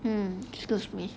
hmm excuse me